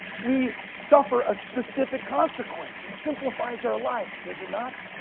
we suffer a specific consequence. it simplifies our life, does it not?